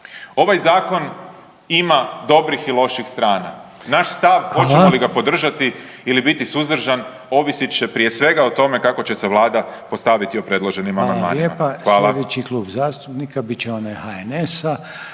ovaj zakon ima dobrih i loših strana …/Upadica: Hvala./… naš stav hoćemo li ga podržati ili biti suzdržan ovisit će prije svega o tome kako će se Vlada postaviti o predloženim amandmanima. Hvala.